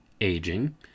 aging